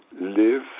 live